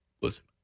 listen